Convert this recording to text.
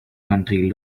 country